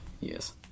Yes